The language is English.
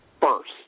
first